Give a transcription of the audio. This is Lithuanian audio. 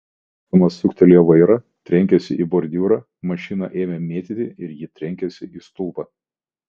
jo ieškodamas suktelėjo vairą trenkėsi į bordiūrą mašiną ėmė mėtyti ir ji trenkėsi į stulpą